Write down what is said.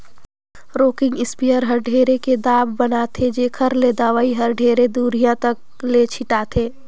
rocking sprayer हर ढेरे के दाब बनाथे जेखर ले दवई हर ढेरे दुरिहा तक ले छिटाथे